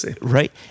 right